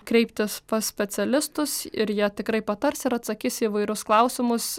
kreiptis pas specialistus ir jie tikrai patars ir atsakys į įvairius klausimus